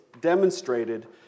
demonstrated